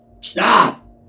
Stop